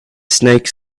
snake